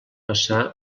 passar